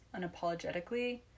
unapologetically